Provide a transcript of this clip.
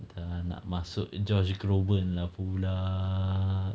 dah nak masuk josh groban lah pula